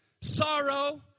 sorrow